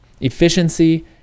Efficiency